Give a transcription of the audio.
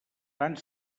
tant